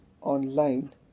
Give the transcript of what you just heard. online